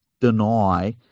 deny